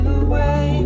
away